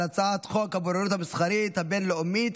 הצעת חוק הבוררות המסחרית הבין-לאומית,